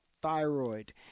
thyroid